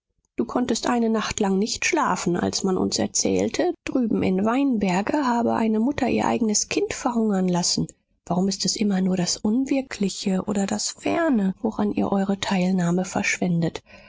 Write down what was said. du konntest eine nacht lang nicht schlafen als man uns erzählte drüben in weinberge habe eine mutter ihr eignes kind verhungern lassen warum ist es immer nur das unwirkliche oder das ferne woran ihr eure teilnahme verschwendet